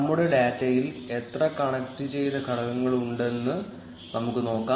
നമ്മുടെ ഡാറ്റയിൽ എത്ര കണക്റ്റുചെയ്ത ഘടകങ്ങളുണ്ടെന്ന് നമുക്ക് നോക്കാം